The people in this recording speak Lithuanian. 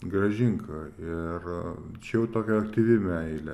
grąžink ir čia jau tokia aktyvi meilė